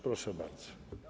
Proszę bardzo.